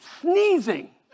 Sneezing